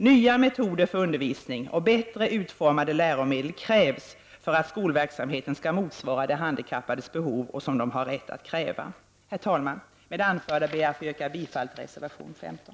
Nya metoder för undervisning och bättre utformade läromedel behövs för att skolverksamheten skall kunna motsvara de handikappades behov och rättmätiga krav. Herr talman! Med det anförda yrkar jag bifall till reservation 15.